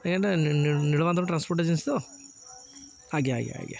ଆଜ୍ଞା ଏଇଟା Nilamadhab transport agency ତ ଆଜ୍ଞା ଆଜ୍ଞା ଆଜ୍ଞା